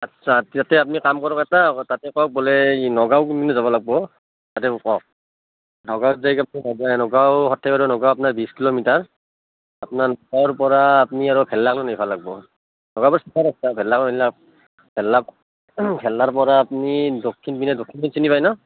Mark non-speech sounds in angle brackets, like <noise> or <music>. আচ্ছা ইয়াতে আপুনি কাম কৰক এটা আকৌ তাতে কওক বোলে এই নগাঁও কোনপিনে যাব লাগিব তাতে কওক নগাঁওত যায় আপুনি নগাঁও সৰ্থেবাৰী আৰু নগাঁও আপোনাৰ বিশ কিলোমিটাৰ আপোনাৰ নগাঁৱৰ পৰা আপুনি আৰু ভেল্লা <unintelligible> আহিব লাগিব নগাঁও পৰা <unintelligible> ভেল্লা <unintelligible> ভেল্লাৰ পৰা আপুনি দক্ষিণ পিনে দক্ষিণ <unintelligible> চিনি পাই ন